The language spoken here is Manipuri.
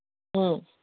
ꯎꯝ